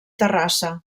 terrassa